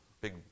big